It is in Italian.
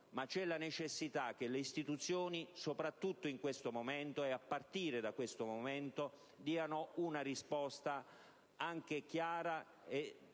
però la necessità che le istituzioni, soprattutto in questo momento e a partire da questo momento, diano una risposta chiara e